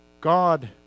God